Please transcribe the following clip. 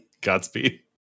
Godspeed